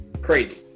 crazy